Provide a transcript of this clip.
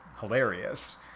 hilarious